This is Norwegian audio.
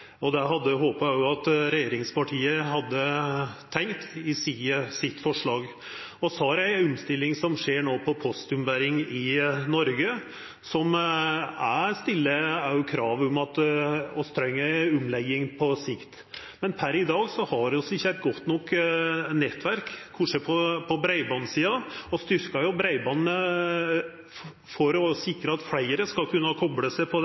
og det hadde eg håpa at òg regjeringspartia hadde tenkt i forslaget sitt. Vi har ei omstilling som skjer no på postombering i Noreg. Eg stiller òg krav om at vi treng ei omlegging på sikt, men per i dag har vi ikkje eit godt nok nettverk på breibandssida. Vi styrkjer jo breibandet for å sikra at fleire skal kunna kopla seg på det